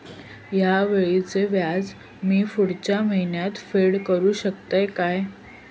हया वेळीचे व्याज मी पुढच्या महिन्यात फेड करू शकतय काय?